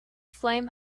flame